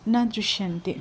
न दृष्यन्ते